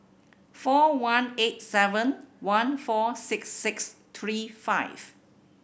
four one eight seven one four six six three five